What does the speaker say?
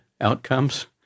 outcomes